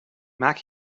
maak